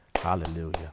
Hallelujah